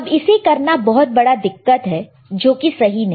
अब इसे करना बहुत बड़ा दिक्कत है जो कि सही नहीं